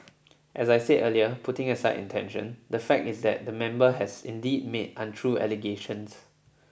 as I said earlier putting aside intention the fact is that the member has indeed made untrue allegations